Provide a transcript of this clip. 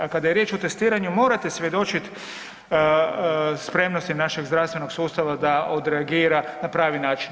A kad je riječ o testiranju morate svjedočit spremnosti našeg zdravstvenog sustava da odreagira na pravi način.